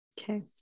Okay